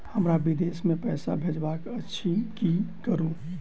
हमरा विदेश मे पैसा भेजबाक अछि की करू?